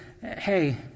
hey